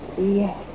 yes